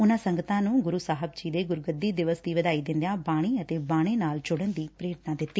ਉਨਾਂ ਸੰਗਤਾਂ ਨੂੰ ਗੁਰੁ ਸਾਹਿਬ ਜੀ ਦੇ ਗੁਰਗੱਦੀ ਦਿਵਸ ਦੀ ਵਧਾਈ ਦਿੰਦਿਆਂ ਬਾਣੀ ਅਤੇ ਬਾਣੇ ਨਾਲ ਜੁਤਣ ਲਈ ਪ੍ਰੇਰਿਤ ਕੀਤਾ